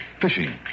Fishing